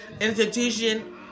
Institution